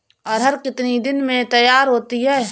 अरहर कितनी दिन में तैयार होती है?